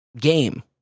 game